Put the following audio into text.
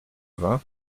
vingts